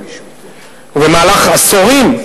ובמהלך עשורים,